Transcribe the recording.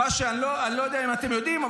אני לא יודע אם אתם יודעים,